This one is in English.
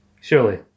surely